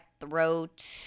throat